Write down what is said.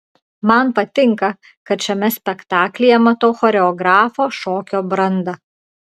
man patinka kad šiame spektaklyje matau choreografo šokio brandą